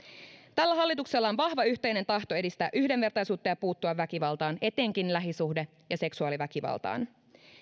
tällä hallituksella on vahva yhteinen tahto edistää yhdenvertaisuutta ja puuttua väkivaltaan etenkin lähisuhde ja seksuaaliväkivaltaan